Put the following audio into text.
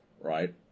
right